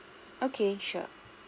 okay sure